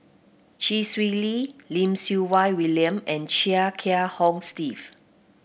Chee Swee Lee Lim Siew Wai William and Chia Kiah Hong Steve